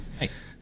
nice